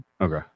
Okay